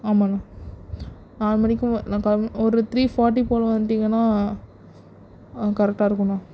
ஆமாம் அண்ணா நாலு மணிக்கு நான் களம் ஒரு த்ரீ ஃபாட்டி போல் வந்திங்கன்னால் கரெக்டாக இருக்குண்ணா